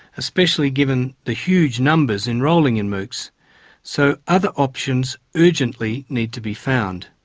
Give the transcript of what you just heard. especially given the huge numbers enrolling in moocs so other options urgently need to be found.